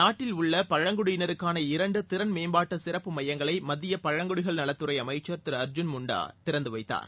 நாட்டிலுள்ள பழங்குடியினருக்கான இரண்டு திறன்மேம்பாட்டு சிறப்பு மையங்களை மத்திய பழங்குடிகள் நலத்துறை அமைச்சர் திரு அர்ஜூன் முண்டா திறந்து வைத்தார்